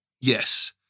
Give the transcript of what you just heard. Yes